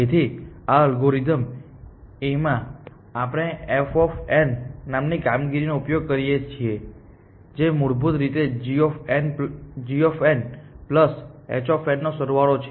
તેથી આ algorithm A માં આપણે f નામની કામગીરીનો ઉપયોગ કરીએ છીએ જે મૂળભૂત રીતે g પ્લસ h નો સરવાળો છે